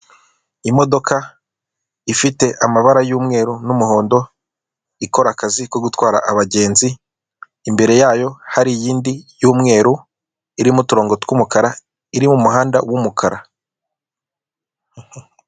Imodoka ifite amabara y'umweru n'umuhondo ikora akazi ko gutwara abagenzi, imbere yayo hari iyindi y'umweru irimo uturongo tw'umukara, iri mu muhanda w'umukara.